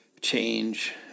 change